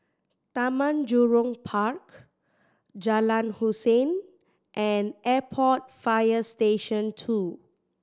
Taman Jurong Park Jalan Hussein and Airport Fire Station Two